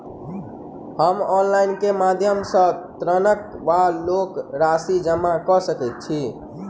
हम ऑनलाइन केँ माध्यम सँ ऋणक वा लोनक राशि जमा कऽ सकैत छी?